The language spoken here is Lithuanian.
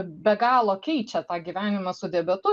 be galo keičia tą gyvenimą su diabetu